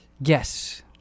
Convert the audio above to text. Yes